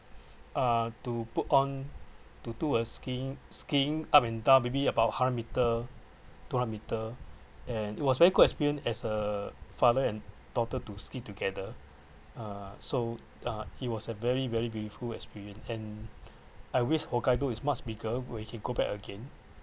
uh to put on to do a skiing skiing up and down maybe about hundred meter two hundred meter and it was very good experience as a father and daughter to ski together uh so uh it was a very very beautiful experience and I wish hokkaido is much bigger will be go back again